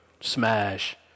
smash